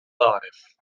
أعرف